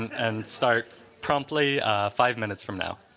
and start promptly five minutes from now.